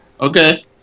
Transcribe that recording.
Okay